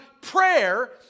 prayer